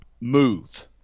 move